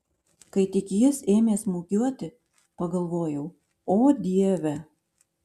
kai tik jis ėmė smūgiuoti pagalvojau o dieve